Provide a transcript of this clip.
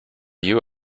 you